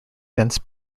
since